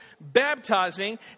baptizing